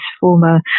former